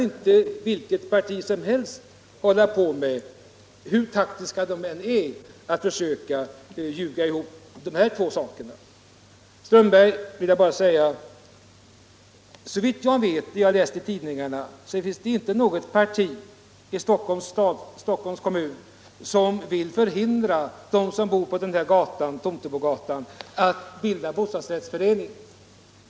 Inget parti, hur taktiskt det än är, kan lyckas i försöken att ljuga ihop de här två sakerna. Till herr Strömberg vill jag bara säga följande. Såvitt jag förstår av det jag läst i tidningarna, finns det inte något parti i Stockholms kommun som vill förhindra dem som bor på Tomtebogatan att bilda en bostadsrättsförening.